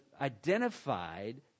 identified